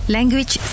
Language